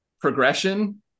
progression